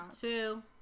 Two